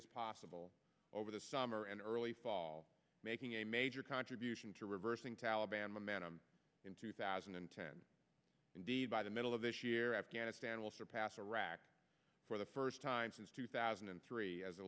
as possible over the summer and early fall making a major contribution to reversing taliban momentum in two thousand and ten indeed by the middle of this year afghanistan will surpass iraq for the first time since two thousand and three as a